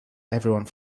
everyone